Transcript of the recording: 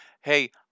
hey